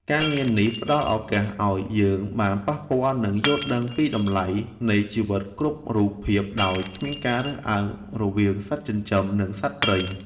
ការងារនេះផ្ដល់ឱកាសឱ្យយើងបានប៉ះពាល់ និងយល់ដឹងពីតម្លៃនៃជីវិតគ្រប់រូបភាពដោយគ្មានការរើសអើងរវាងសត្វចិញ្ចឹម និងសត្វព្រៃ។